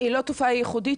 היא לא תופעה ייחודית,